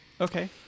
Okay